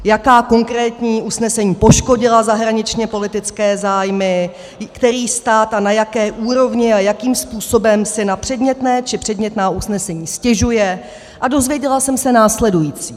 Jaká konkrétní usnesení poškodila zahraničněpolitické zájmy, který stát a na jaké úrovni a jakým způsobem si na předmětné či předmětná usnesení stěžuje, a dozvěděla jsem se následující.